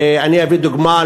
אביא דוגמה,